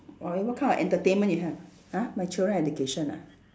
orh what kind of entertainment you have !huh! my children education ah